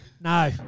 No